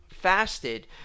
fasted